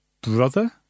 brother